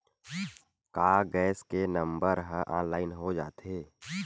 का गैस के नंबर ह ऑनलाइन हो जाथे?